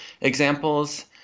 examples